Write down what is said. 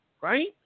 Right